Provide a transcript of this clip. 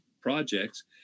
projects